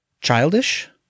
childish